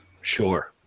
Sure